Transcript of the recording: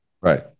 Right